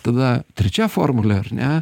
tada trečia formulė ar ne